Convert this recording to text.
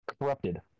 corrupted